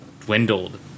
dwindled